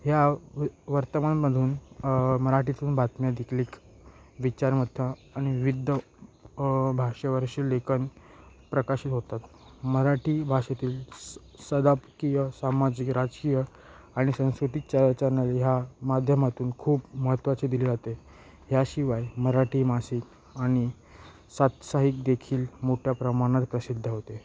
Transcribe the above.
ह्या वर्तमानमधून मराठीतून बातम्या दिकलिक विचारमत्ता आणि विविध भाषेवरचे लेखन प्रकाशित होतात मराठी भाषेतील स संपादकीय सामाजिक राजकीय आणि सांस्कृतिक ह्या माध्यमातून खूप महत्त्वाचे दिले जाते ह्याशिवाय मराठी मासिक आणि सात साहित्य देखील मोठ्या प्रमाणात प्रसिद्ध होते